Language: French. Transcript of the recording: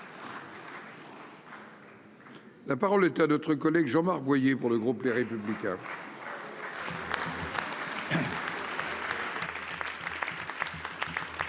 La parole est à notre collègue Jean-Marc Boyer pour le groupe Les Républicains.